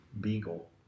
beagle